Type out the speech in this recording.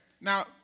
Now